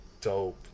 dope